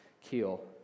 keel